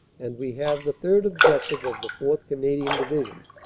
and we have the third objective of the fourth. canadian division,